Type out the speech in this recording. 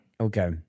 Okay